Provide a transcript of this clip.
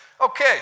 okay